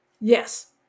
Yes